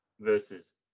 versus